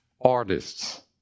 artists